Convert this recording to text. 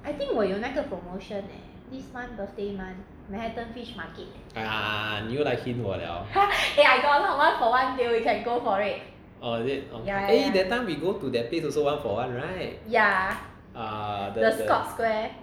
ah 你又来 hint 我 liao oh is it eh that time we go to that place also one for one right ah the the